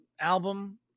album